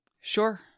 Sure